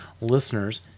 listeners